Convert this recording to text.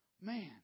man